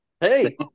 Hey